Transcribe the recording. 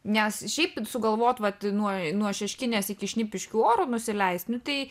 nes šiaip sugalvot vat nuo nuo šeškinės iki šnipiškių oru nusileist nu tai